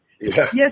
Yes